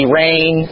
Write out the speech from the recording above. rain